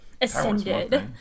Ascended